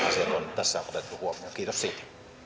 tässä otettu huomioon kiitos siitä